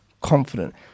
confident